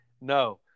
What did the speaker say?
No